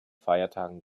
feiertagen